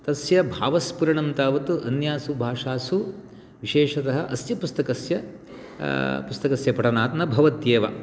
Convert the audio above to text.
तस्य भावस्पृर्णं तावत् अन्यासु भाषासु विशेषतः अस्य पुस्तकस्य पुस्तकस्य पठनात् न भवत्येव